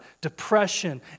depression